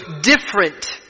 different